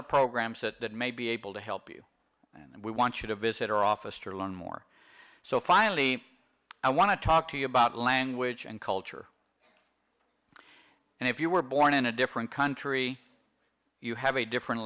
of programs that may be able to help you and we want you to visit our office to learn more so finally i want to talk to you about language and culture and if you were born in a different country you have a different